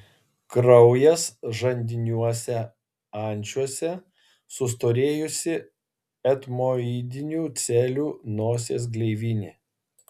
kraujas žandiniuose ančiuose sustorėjusi etmoidinių celių nosies gleivinė